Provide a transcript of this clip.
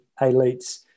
elites